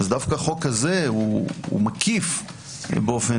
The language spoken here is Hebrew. דווקא החוק הזה הוא מקיף יחסית,